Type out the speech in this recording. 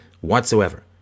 whatsoever